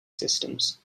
systems